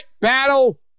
battle